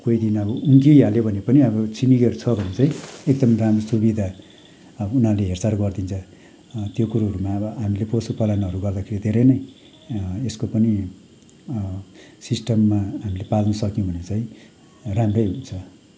कोही दिन अब उम्किहाल्यो भने पनि अब छिमेकीहरू छ भने चाहिँ एकदम राम्रो सुविधा अब उनीहरूले हेरचाह गरिदिन्छ त्यो कुरोहरूमा अब हामीले पशु पालनहरू गर्दाखेरि धेरै नै यसको पनि सिस्टममा हामीले पाल्नु सक्यौँ भने चाहिँ राम्रै हुन्छ